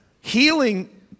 healing